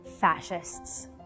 Fascists